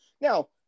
now